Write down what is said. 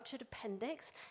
appendix